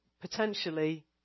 Potentially